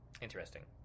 Interesting